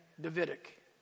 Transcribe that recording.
Davidic